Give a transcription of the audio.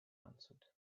answered